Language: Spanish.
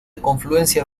confluencia